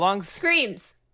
Screams